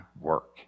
work